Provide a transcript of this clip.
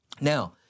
now